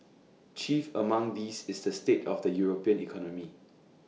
chief among these is the state of the european economy